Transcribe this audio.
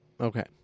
Okay